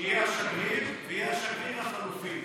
שיהיה השגריר ויהיה השגריר החלופי.